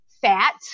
fat